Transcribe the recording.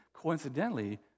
Coincidentally